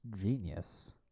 genius